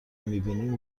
میبینیم